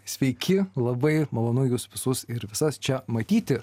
sveiki labai malonu jus visus ir visas čia matyti